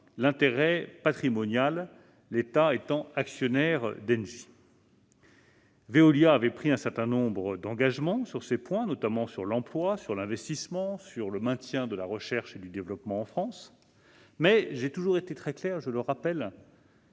l'intérêt patrimonial, l'État étant actionnaire d'Engie. Veolia a pris un certain nombre d'engagements sur ces points, notamment sur l'emploi, sur l'investissement et sur le maintien de la recherche et du développement en France. J'ai toutefois toujours été très clair sur le fait que